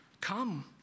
Come